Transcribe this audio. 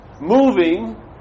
Moving